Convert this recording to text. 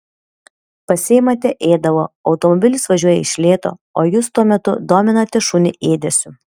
pasiimate ėdalo automobilis važiuoja iš lėto o jūs tuo metu dominate šunį ėdesiu